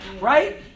right